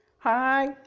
Hi